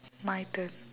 my turn